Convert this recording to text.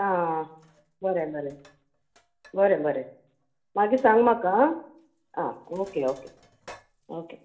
आ बरें बरें बरें बरें मागीर सांग म्हाका आ आ ओके ओके ओके